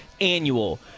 annual